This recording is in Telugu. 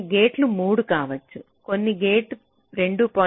కొన్ని గేట్ 3 కావచ్చు కొన్ని గేట్ 2